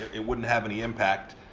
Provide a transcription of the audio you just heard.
it wouldn't have any impact.